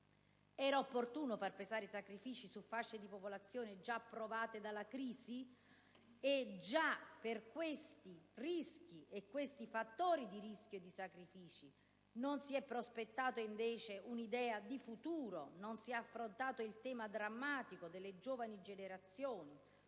Era opportuno far pesare i sacrifici su fasce di popolazione già provate dalla crisi? Perché di fronte a questi fattori di rischio e a questi sacrifici non si è prospettata invece un'idea di futuro? Non si è affrontato il tema drammatico delle giovani generazioni.